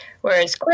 Whereas